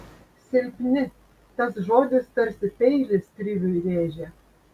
silpni tas žodis tarsi peilis kriviui rėžė